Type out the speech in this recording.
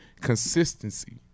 consistency